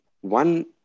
one